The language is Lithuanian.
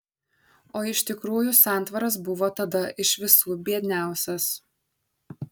o iš tikrųjų santvaras buvo tada iš visų biedniausias